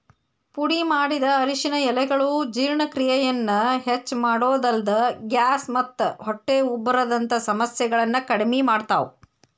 ಪುಡಿಮಾಡಿದ ಅರಿಶಿನ ಎಲೆಗಳು ಜೇರ್ಣಕ್ರಿಯೆಯನ್ನ ಹೆಚ್ಚಮಾಡೋದಲ್ದ, ಗ್ಯಾಸ್ ಮತ್ತ ಹೊಟ್ಟೆ ಉಬ್ಬರದಂತ ಸಮಸ್ಯೆಗಳನ್ನ ಕಡಿಮಿ ಮಾಡ್ತಾವ